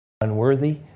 unworthy